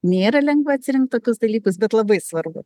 nėra lengva atsirinkt tokius dalykus bet labai svarbu